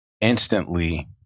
instantly